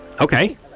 Okay